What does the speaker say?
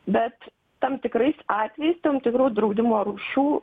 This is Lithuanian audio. bet tam tikrais atvejais tam tikrų draudimo rūšių